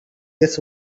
this